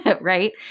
right